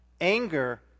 Anger